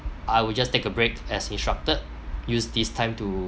I will just take a break as instructed use this time to